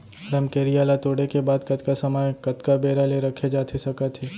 रमकेरिया ला तोड़े के बाद कतका समय कतका बेरा ले रखे जाथे सकत हे?